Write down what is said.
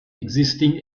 existing